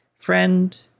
friend